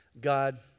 God